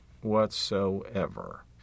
whatsoever